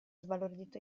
sbalordito